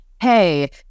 hey